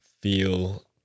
feel